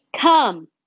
come